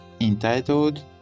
entitled